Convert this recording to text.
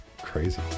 Crazy